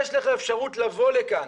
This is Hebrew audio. יש לך אפשרות לבוא לכאן,